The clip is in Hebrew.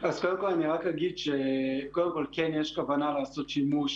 אז אני רק אגיד שקודם כול יש כוונה לעשות שימוש